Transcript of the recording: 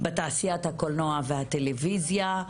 בתעשיית הקולנוע והטלויזיה.